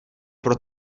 pro